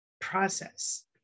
process